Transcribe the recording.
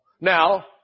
Now